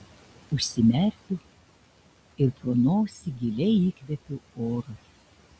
užsimerkiu ir pro nosį giliai įkvėpiu oro